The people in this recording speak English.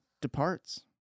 departs